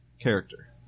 character